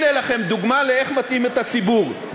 הנה לכם דוגמה איך מטעים את הציבור,